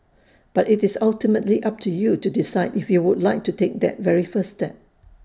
but IT is ultimately up to you to decide if you would like to take that very first step